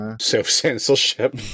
Self-censorship